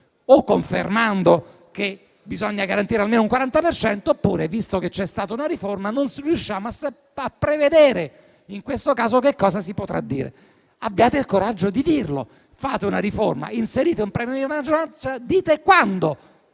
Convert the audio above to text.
confermare che bisogna garantire almeno un 40 per cento, oppure, visto che c'è stata una riforma, non riusciamo a prevedere in questo caso che cosa si potrà dire. Abbiate il coraggio di dirlo. Fate una riforma, inserite un premio di maggioranza, dite quando